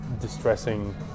distressing